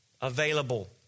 available